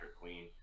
Queen